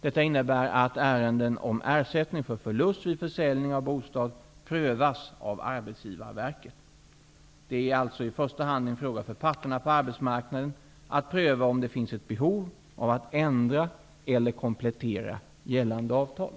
Detta innebär att ärenden om ersättning för förlust vid försäljning av bostad prövas av Det är i första hand en fråga för parterna på arbetsmarknaden att pröva om det finns ett behov av att ändra eller komplettera gällande avtal.